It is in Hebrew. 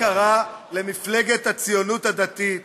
מה קרה למפלגת הציונות הדתית,